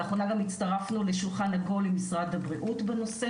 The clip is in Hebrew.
לאחרונה גם הצטרפנו ל"שולחן עגול" עם משרד הבריאות בנושא